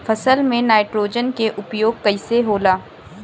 फसल में नाइट्रोजन के उपयोग कइसे होला?